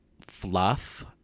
fluff